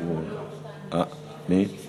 אתה